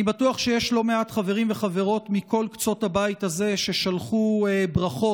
אני בטוח שיש לא מעט חברים וחברות מכל קצות הבית הזה ששלחו ברכות